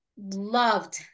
loved